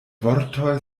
vortoj